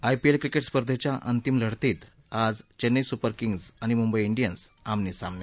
IPL cricket स्पर्धेच्या अंतिम लढतीत आज चेन्नई सुपर किंग्स आणि मुंबई डियन्स आमने सामने